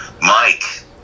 Mike